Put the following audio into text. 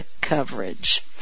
coverage